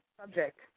subject